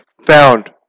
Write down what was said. found